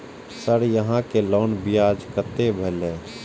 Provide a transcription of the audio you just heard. Sir यहां के loan ब्याज कतेक भेलेय?